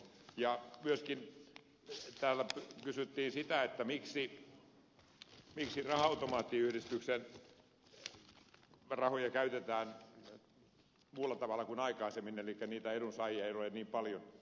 myöskin täällä kysyttiin sitä miksi raha automaattiyhdistyksen rahoja käytetään muulla tavalla kuin aikaisemmin elikkä niitä edunsaajia ei ole niin paljon